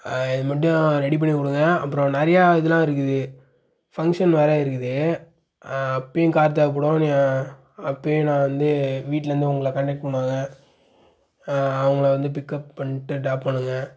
இதுமட்டும் ரெடி பண்ணி கொடுங்க அப்பறம் நிறையா இதலாம் இருக்குது ஃபங்க்ஷன் வேறே இருக்குது அப்போயும் கார் தேவைப்படும் நீங்கள் அப்போயும் நான் வந்து வீட்லேருந்து உங்களை காண்டாக்ட் பண்ணுவாங்க அவங்கள வந்து பிக்அப் பண்ணிட்டு ட்ராப் பண்ணுங்கள்